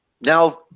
Now